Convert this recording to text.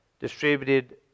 distributed